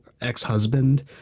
ex-husband